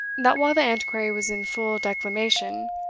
that while the antiquary was in full declamation,